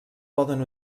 poden